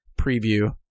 preview